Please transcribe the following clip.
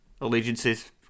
allegiances